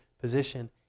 position